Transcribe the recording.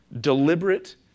deliberate